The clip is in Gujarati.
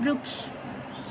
વૃક્ષ